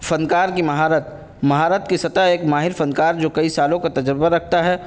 فنکار کی مہارت مہارت کی سطح ایک ماہر فنکار جو کئی سالوں کا تجربہ رکھتا ہے